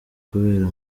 kubera